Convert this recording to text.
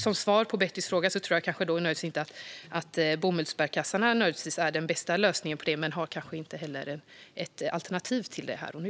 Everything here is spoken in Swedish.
Som svar på Bettys fråga tror jag kanske inte att bomullsbärkassarna nödvändigtvis är den bästa lösningen på detta, men jag har nog inget alternativ till dem här och nu.